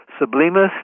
Sublimus